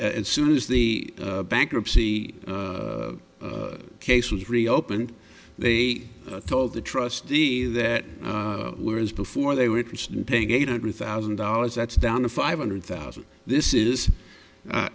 as soon as the bankruptcy case was reopened they told the trustee that whereas before they were interested in paying eight hundred thousand dollars that's down to five hundred thousand this is